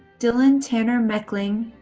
dylan tanner mechling,